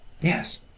Yes